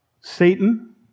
Satan